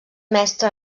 mestre